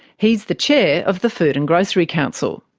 he's the chair of the food and grocery council.